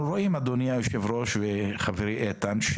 אדוני יושב הראש וחברי איתן,